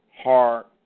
heart